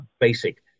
basic